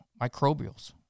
microbials